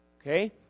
Okay